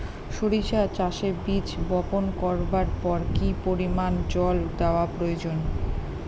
সরিষা চাষে বীজ বপন করবার পর কি পরিমাণ জল দেওয়া প্রয়োজন?